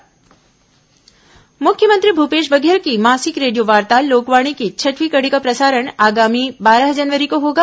लोकवाणी मुख्यमंत्री भूपेश बधेल की मासिक रेडियो वार्ता लोकवाणी की छठवीं कड़ी का प्रसारण आगामी बारह जनवरी को होगा